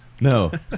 No